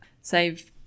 save